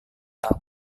tahun